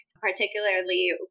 particularly